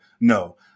no